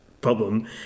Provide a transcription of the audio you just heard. problem